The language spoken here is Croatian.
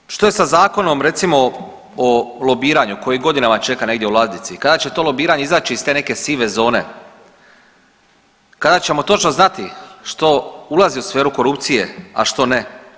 Naime, što je sa Zakonom recimo o lobiranju koji godinama čeka negdje u ladici, kada će to lobiranje izaći iz te neke sive zone, kada ćemo točno znati što ulazi u sferu korupcije, a što ne?